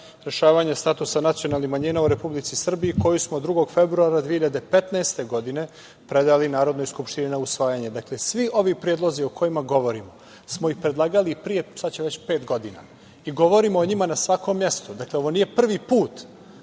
rešavanje statusa nacionalnih manjina u Republici Srbiji koju smo 2. februara 2015. godine predali Narodnoj skupštini na usvajanje. Svi ovi predlozi o kojima govorima smo predlagali i pre sada će već pet godina. Govorimo o njima na svakom mestu. Ovo nije prvi put